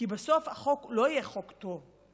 כי בסוף החוק לא יהיה חוק טוב,